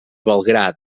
belgrad